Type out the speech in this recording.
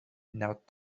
not